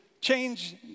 change